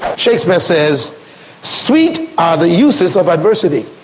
chesma says, sweet are the uses of adversity.